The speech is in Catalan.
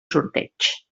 sorteig